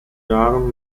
jahren